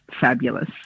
fabulous